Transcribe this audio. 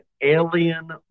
alien